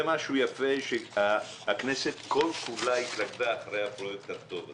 זה משהו יפה שהכנסת כל כולה התלכדה אחרי הפרויקט הטוב הזה.